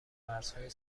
مرزهای